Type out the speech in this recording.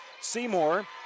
Seymour